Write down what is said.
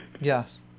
Yes